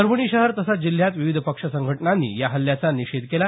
परभणी शहर तसंच जिल्ह्यात विविध पक्ष संघटनांनी या हल्ल्याचा निषेध केला